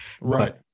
right